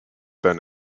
than